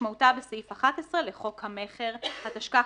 כמשמעותה בסעיף 11 לחוק המכר, התשכ"ח-1968,